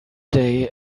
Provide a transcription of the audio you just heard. day